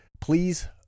please